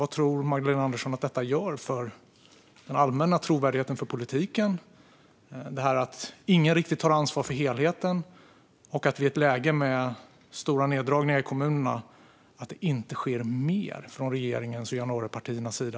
Vad tror Magdalena Andersson att det gör för det allmänna förtroendet för politiken att ingen riktigt tar ansvar för helheten och att det i ett läge med stora neddragningar i kommunerna inte sker mer i välfärden från regeringens och januaripartiernas sida?